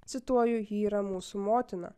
cituoju ji yra mūsų motina